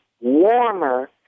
warmer